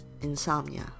insomnia